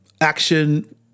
action